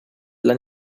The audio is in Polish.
dla